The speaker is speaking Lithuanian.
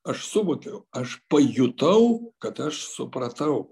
aš suvokiau aš pajutau kad aš supratau